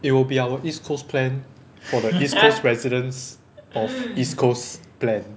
it will be our east coast plan for the east coast residents of east coast plan